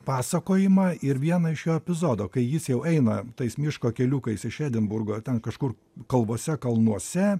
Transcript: pasakojimą ir vieną iš jo epizodo kai jis jau eina tais miško keliukais iš edinburgo ten kažkur kalvose kalnuose